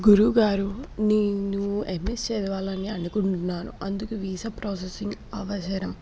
గురువుగారు నేను M S చదవాలని అనుకుంటున్నాను అందుకు వీసా ప్రాసెసింగ్ అవసరం